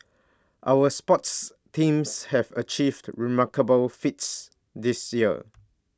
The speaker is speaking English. our sports teams have achieved remarkable feats this year